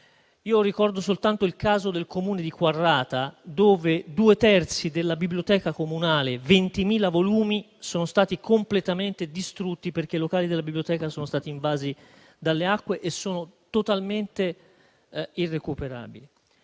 Ricordo soltanto il caso del Comune di Quarrata, dove due terzi della biblioteca comunale e 20.000 volumi sono andati completamente distrutti, perché i locali della biblioteca sono stati invasi dalle acque e sono ora totalmente irrecuperabili.